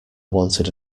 wanted